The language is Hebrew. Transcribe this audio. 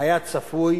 היה צפוי